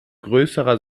größerer